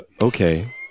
Okay